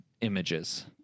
images